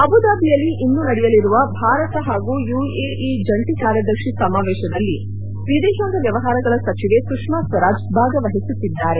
ಅಬುದಾಬಿಯಲ್ಲಿ ಇಂದು ನಡೆಯಲಿರುವ ಭಾರತ ಹಾಗೂ ಯುಎಇ ಜಂಟಿ ಕಾರ್ಯದರ್ಶಿ ಸಮಾವೇಶದಲ್ಲಿ ವಿದೇಶಾಂಗ ವ್ಯವಹಾರಗಳ ಸಚಿವೆ ಸುಷ್ಮಾ ಸ್ವರಾಜ್ ಭಾಗವಹಿಸುತ್ತಿದ್ದಾರೆ